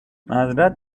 معذرت